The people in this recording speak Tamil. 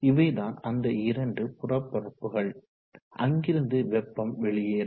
இவைதான் அந்த இரண்டு புறப்பரப்புகள் அங்கிருந்து வெப்பம் வெளியேறும்